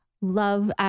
love